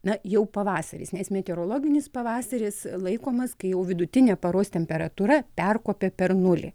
na jau pavasaris nes meteorologinis pavasaris laikomas kai jau vidutinė paros temperatūra perkopė per nulį